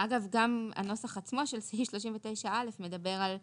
אגב, גם הנוסח עצמו של סעיף 39א מדבר על תשלומים.